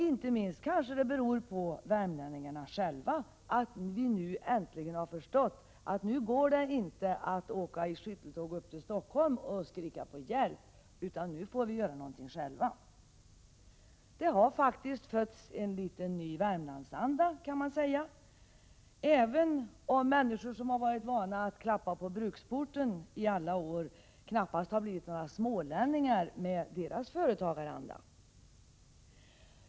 Inte minst kanske det beror på värmlänningarna Vi har äntligen förstått att det inte går att åka i skytteltrafik till Stockholm och skrika på hjälp utan att vi nu får göra någonting själva. Man kan säga att det faktiskt har fötts litet av en ny Värmlandsanda, även om människor som har varit vana att i alla år klappa på bruksporten knappast har blivit några smålänningar, med deras företagaranda.